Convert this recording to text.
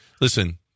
listen –